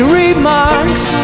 remarks